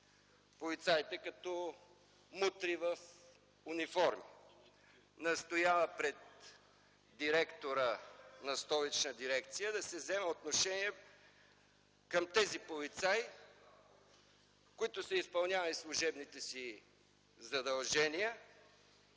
полицаите като „мутри в униформи”. Настоява пред директора на Столична дирекция на вътрешните работи да се вземе отношение към тези полицаи, които са изпълнявали служебните си задължения